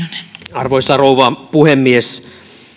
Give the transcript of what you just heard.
arvoisa rouva puhemies